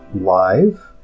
live